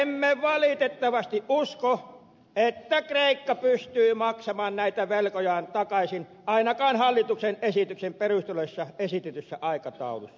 emme valitettavasti usko että kreikka pystyy maksamaan näitä velkojaan takaisin ainakaan hallituksen esityksen perusteluissa esitetyssä aikataulussa